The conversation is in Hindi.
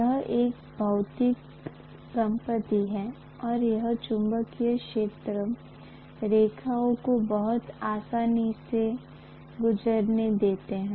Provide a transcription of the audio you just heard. यह एक भौतिक संपत्ति है और यह चुंबकीय क्षेत्र रेखाओं को बहुत आसानी से गुजरने देता है